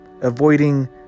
avoiding